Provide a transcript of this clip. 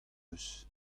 eus